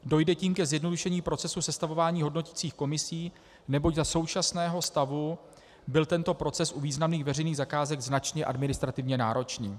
Dojde tím ke zjednodušení procesu sestavování hodnoticích komisí, neboť za současného stavu byl tento proces u významných veřejných zakázek značně administrativně náročný.